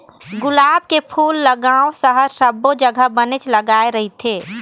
गुलाब के फूल ल गाँव, सहर सब्बो जघा बनेच लगाय रहिथे